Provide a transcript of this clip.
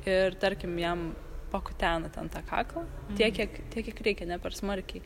ir tarkim jam pakutena ten tą kaklą tiek kiek tiek kiek reikia ne per smarkiai